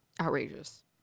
Outrageous